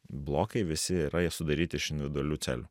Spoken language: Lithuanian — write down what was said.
blokai visi yra jie sudaryti iš individualių celių